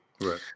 Right